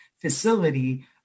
facility